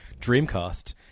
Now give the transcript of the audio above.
Dreamcast